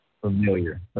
Familiar